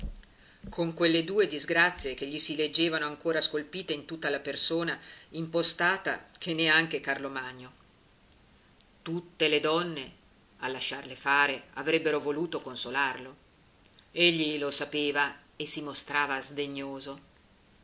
con quelle due disgrazie che gli si leggevano ancora scolpite in tutta la persona impostata che neanche carlomagno tutte le donne a lasciarle fare avrebbero voluto consolarlo egli lo sapeva e si mostrava sdegnoso